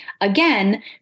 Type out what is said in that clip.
Again